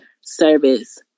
service